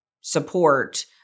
support